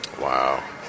Wow